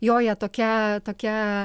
joja tokia tokia